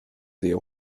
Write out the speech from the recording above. sehr